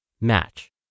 Match